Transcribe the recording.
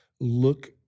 look